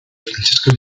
francesco